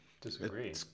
disagree